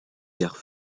gares